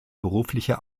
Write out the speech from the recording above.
berufliche